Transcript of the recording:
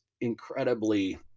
incredibly